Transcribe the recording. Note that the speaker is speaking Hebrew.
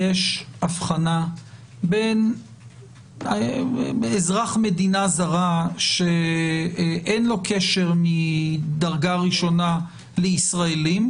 יש אבחנה בין אזרח מדינה זרה שאין לו קשר מדרגה ראשונה לישראלים,